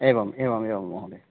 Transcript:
एवम् एवमेवं महोदय